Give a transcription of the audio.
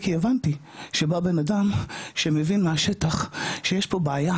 כי הבנתי שבא בנאדם שמבין מהשטח שיש פה בעיה